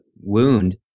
wound